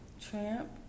Tramp